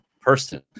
person